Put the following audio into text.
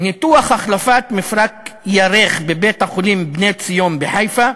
ניתוח החלפת מפרק ירך בבית-החולים "בני ציון" בחיפה,